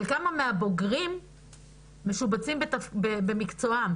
של כמה מהבוגרים משובצים במקצועם,